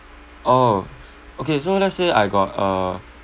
orh okay so let's say I got uh